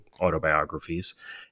autobiographies